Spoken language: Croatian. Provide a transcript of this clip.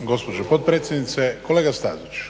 gospođo potpredsjednice. Kolega Staziću,